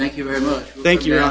thank you very much thank you